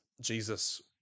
Jesus